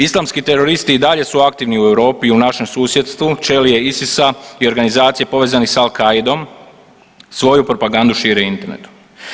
Islamski teroristi i dalje su aktivni u Europi i u našem susjedstvu, čelije ISIS-a i organizacije povezani s Al-Kaidom svoju propagandu šire internetom.